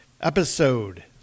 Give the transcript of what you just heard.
episode